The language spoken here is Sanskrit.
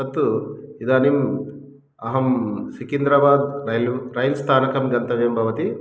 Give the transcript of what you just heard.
तत्तु इदानीम् अहं सिकन्द्राबाद रैल् रैल् स्थानकं गन्तव्यं भवति